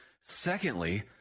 Secondly